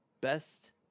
best